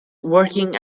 working